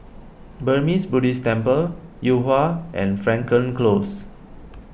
Burmese Buddhist Temple Yuhua and Frankel Close